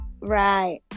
Right